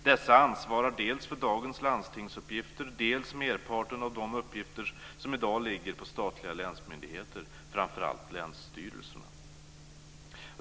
Dessa ansvarar dels för dagens landstingsuppgifter, dels merparten av de uppgifter som i dag ligger på statliga länsmyndigheter, framför allt länsstyrelserna.